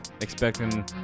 Expecting